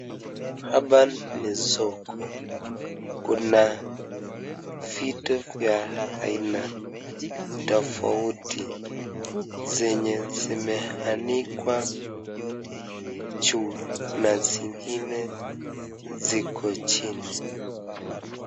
Hapa ni soko kuna vitu ya aina tofauti, zenye zimeanikwa juu na zingine ziko chini.